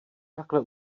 takhle